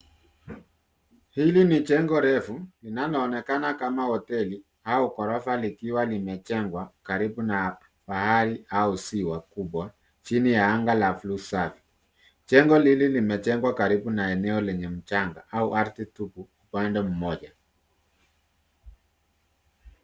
Jengo refu linaloonekana kama hoteli au ghorofa, likiwa limejengwa karibu na bahari au ziwa kubwa chini ya anga la bluu safi. Jengo iili limejengwa karibu na eneo lenye mchanga au ardhi tupu kwa upande mmoja.